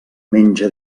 menja